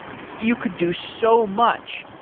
you could do so much.